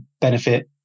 benefit